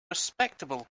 respectable